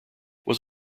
was